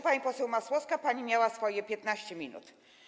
Pani poseł Masłowska, pani miała swoje 15 minut.